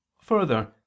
further